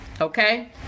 okay